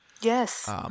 Yes